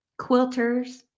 quilters